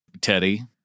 Teddy